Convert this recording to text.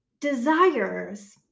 desires